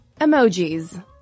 Emojis